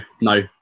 no